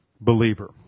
believer